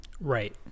Right